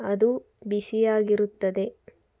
ಅದು ಬಿಸಿಯಾಗಿರುತ್ತದೆ